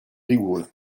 rigoureux